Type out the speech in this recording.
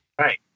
Right